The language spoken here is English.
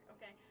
Okay